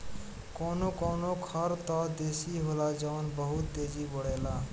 कवनो कवनो खर त देसी होला जवन बहुत तेजी बड़ेला